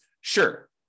Sure